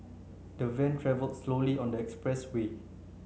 the van travel slowly on the express way